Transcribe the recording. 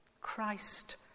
Christ